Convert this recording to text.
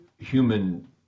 human